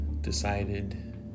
decided